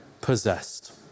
possessed